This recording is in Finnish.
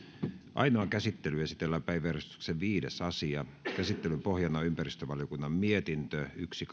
ainoaan käsittelyyn esitellään päiväjärjestyksen viides asia käsittelyn pohjana on ympäristövaliokunnan mietintö yksi